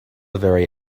very